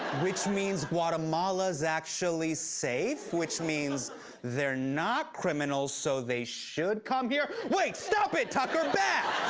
which means guatemala's actually safe, which means they're not criminals so they should come here. wait! stop it, tucker, bad!